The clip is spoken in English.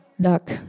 duck